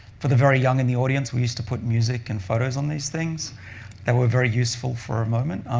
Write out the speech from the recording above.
for the very young in the audience, we used to put music and photos on these things that were very useful for a moment.